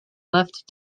left